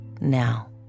Now